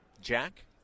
Jack